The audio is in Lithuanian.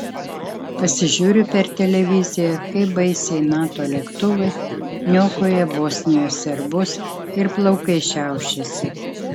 pasižiūriu per televiziją kaip baisiai nato lėktuvai niokoja bosnijos serbus ir plaukai šiaušiasi